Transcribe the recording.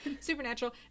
supernatural